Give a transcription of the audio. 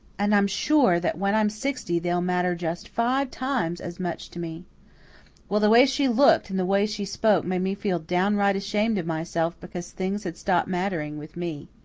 and i'm sure that when i'm sixty they'll matter just five times as much to me well, the way she looked and the way she spoke made me feel downright ashamed of myself because things had stopped mattering with me.